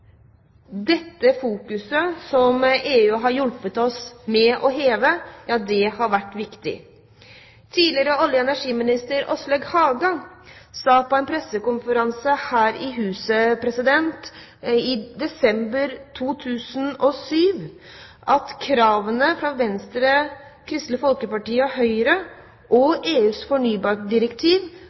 Dette fokuset, som EU har hjulpet oss med å øke, har vært viktig. Tidligere olje- og energiminister Åslaug Haga sa på en pressekonferanse her i huset i desember 2007 at kravene fra Venstre, Kristelig Folkeparti og Høyre angående EUs fornybardirektiv